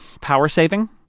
power-saving